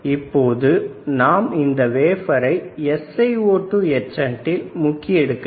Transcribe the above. இப்பொழுது நாம் இந்த வேபரை SiO2 யட்சன்டில் முக்கி எடுக்க வேண்டும்